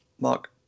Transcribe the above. Mark